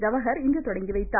ஜவஹர் இன்று தொடங்கிவைத்தார்